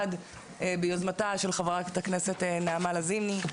ביוזמתה של חברת הכנסת נעמה לזימי.